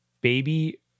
baby